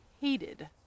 hated